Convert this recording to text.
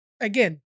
again